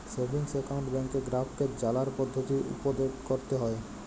savings account ব্যাংকে গ্রাহককে জালার পদ্ধতি উপদেট ক্যরতে হ্যয়